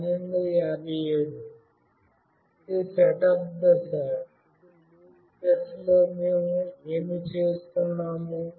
ఇప్పుడు లూప్ దశలో మేము ఏమి చేస్తున్నాము